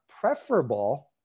preferable